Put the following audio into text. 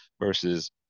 versus